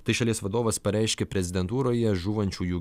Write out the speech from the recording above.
tai šalies vadovas pareiškė prezidentūroje žūvančiųjų